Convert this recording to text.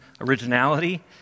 originality